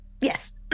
Yes